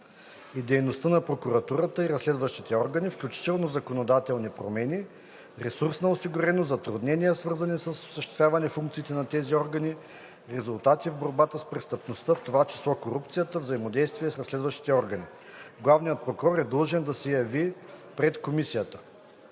и дейността на прокуратурата и разследващите органи, включително законодателни промени, ресурсна осигуреност, затруднения, свързани с осъществяване функциите на тези органи, резултати в борбата с престъпността, в това число корупцията, взаимодействие с разследващите органи. Главният прокурор е длъжен да се яви пред комисията.“